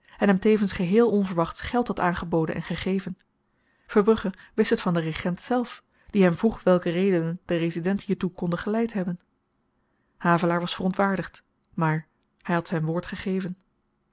en hem tevens geheel onverwachts geld had aangeboden en gegeven verbrugge wist het van den regent zelf die hem vroeg welke redenen den resident hiertoe konden geleid hebben havelaar was verontwaardigd maar hy had zyn woord gegeven